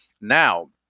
Now